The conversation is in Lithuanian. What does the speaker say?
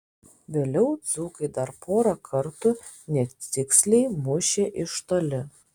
vėliau dzūkai dar porą kartų netiksliai mušė iš toli